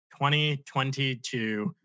2022